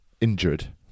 injured